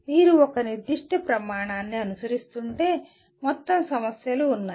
మీరు ఒక నిర్దిష్ట ప్రమాణాన్ని అనుసరిస్తుంటే మొత్తం సమస్యలు ఉన్నాయి